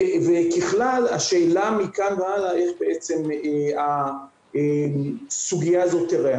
ככלל, השאלה מכאן והלאה, איך תיראה הסוגיה הזאת.